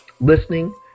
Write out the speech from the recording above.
listening